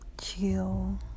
chill